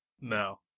No